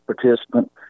participant